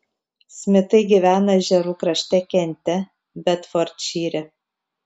smitai gyvena ežerų krašte kente bedfordšyre